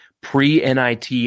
pre-NIT